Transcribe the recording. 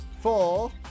four